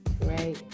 great